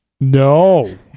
No